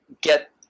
get